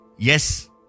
Yes